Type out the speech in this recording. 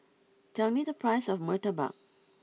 tell me the price of Murtabak